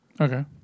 Okay